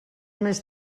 més